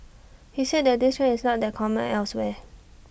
he said that this trend is not that common elsewhere